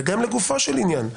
גם לגופו של עניין,